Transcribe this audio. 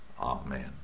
Amen